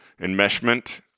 enmeshment